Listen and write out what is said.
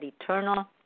eternal